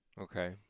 Okay